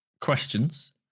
questions